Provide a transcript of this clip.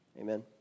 Amen